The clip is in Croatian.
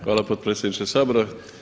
Hvala potpredsjedniče Sabora.